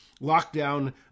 lockdown